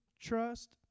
trust